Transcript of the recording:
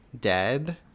dead